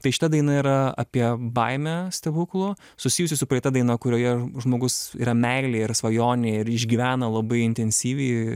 tai šita daina yra apie baimę stebuklo susijusi su praeita daina kurioje žmogus yra meilė ir svajonė ir išgyvena labai intensyviai